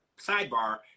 sidebar